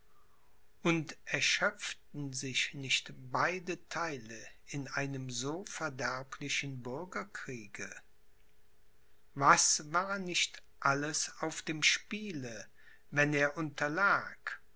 und erschöpften sich nicht beide theile in einem so verderblichen bürgerkriege was war nicht alles auf dem spiele wenn er unterlag